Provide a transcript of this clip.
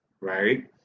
Right